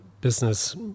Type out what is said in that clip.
business